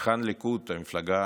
היכן הליכוד, המפלגה